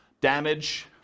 damage